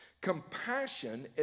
Compassion